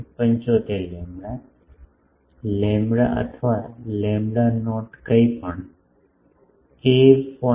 75 lambda lambda અથવા lambda not કંઈ પણ a 0